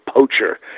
poacher